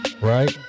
right